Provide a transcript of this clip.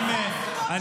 כתבי האישום,